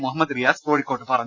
മുഹമ്മദ് റിയാസ് കോഴി ക്കോട്ട് പറഞ്ഞു